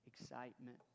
excitement